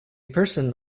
person